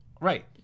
Right